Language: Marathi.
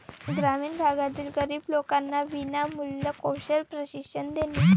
ग्रामीण भागातील गरीब लोकांना विनामूल्य कौशल्य प्रशिक्षण देणे